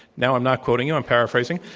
now, i'm not quoting you, i'm paraphrasing.